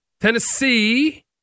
Tennessee